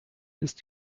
ist